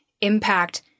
impact